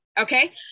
Okay